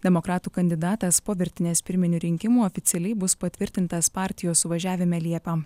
demokratų kandidatas po virtinės pirminių rinkimų oficialiai bus patvirtintas partijos suvažiavime liepą